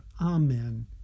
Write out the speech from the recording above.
Amen